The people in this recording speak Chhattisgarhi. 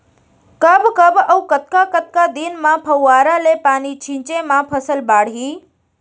कब कब अऊ कतका कतका दिन म फव्वारा ले पानी छिंचे म फसल बाड़ही?